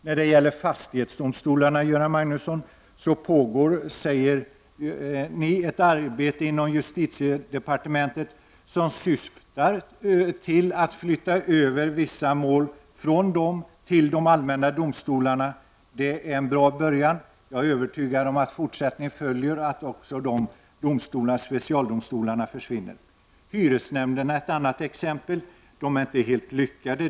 När det gäller fastighetsdomsstolarna, Göran Magnusson, säger socialdemokraterna att ett arbete pågår inom justitiedepartementet, som syftar till att vissa mål skall flyttas över från fastighetsdomstolarna till de allmänna domstolarna. Det är en bra början. Jag är övertygad om att fortsättning följer och att specialdomstolarna därigenom försvinner. Hyresnämnderna är ett annat exempel. De är inte helt lyckade.